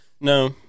No